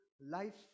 life